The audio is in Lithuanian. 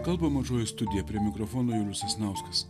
kalba mažoji studija prie mikrofono julius sasnauskas